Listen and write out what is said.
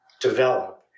develop